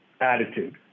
attitude